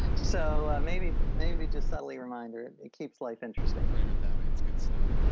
so, maybe maybe just subtly reminder, it keeps life interesting frame it that way, its good stuff.